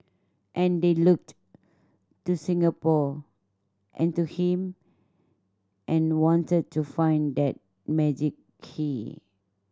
and they looked to Singapore and to him and wanted to find that magic key